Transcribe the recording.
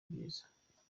byiza